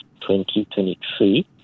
2023